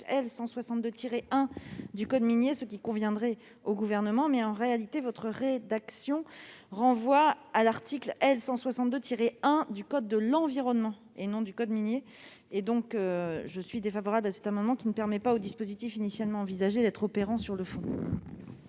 162-1 du code minier, ce qui conviendrait au Gouvernement, mais, en réalité, votre rédaction renvoie à l'article L. 162-1 du code de l'environnement. Par conséquent, le Gouvernement a émis un avis défavorable sur cet amendement, qui ne permet pas au dispositif initialement envisagé d'être opérant sur le fond.